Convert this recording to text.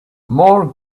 more